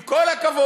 עם כל הכבוד.